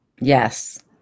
Yes